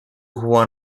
huan